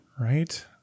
Right